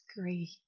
great